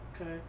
Okay